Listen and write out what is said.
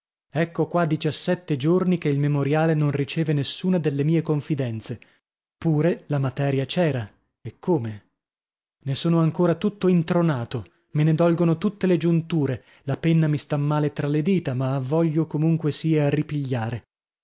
ecco qua diciassette giorni che il memoriale non riceve nessuna delle mie confidenze pure la materia c'era e come ne sono ancora tutto intronato me ne dolgono tutte le giunture la penna mi sta male tra le dita ma voglio comunque sia ripigliare